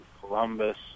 Columbus